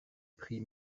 prix